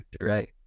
right